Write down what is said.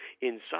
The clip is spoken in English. inside